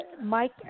Mike